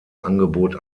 angebot